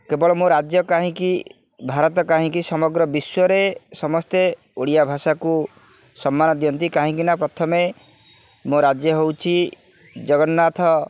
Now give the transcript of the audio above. କେବଳ ମୋ ରାଜ୍ୟ କାହିଁକି ଭାରତ କାହିଁକି ସମଗ୍ର ବିଶ୍ୱରେ ସମସ୍ତେ ଓଡ଼ିଆ ଭାଷାକୁ ସମ୍ମାନ ଦିଅନ୍ତି କାହିଁକିନା ପ୍ରଥମେ ମୋ ରାଜ୍ୟ ହେଉଛି ଜଗନ୍ନାଥ